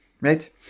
right